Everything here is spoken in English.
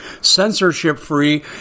censorship-free